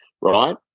right